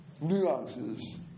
nuances